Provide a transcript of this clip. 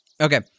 Okay